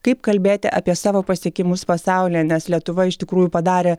kaip kalbėti apie savo pasiekimus pasaulyje nes lietuva iš tikrųjų padarė